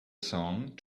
song